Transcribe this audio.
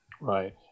Right